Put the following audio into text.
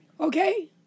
Okay